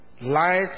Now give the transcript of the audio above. Light